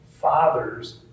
fathers